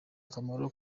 akamaro